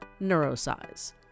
Neurosize